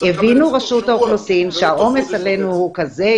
הבינו רשות האוכלוסין שהעומס עלינו הוא כזה,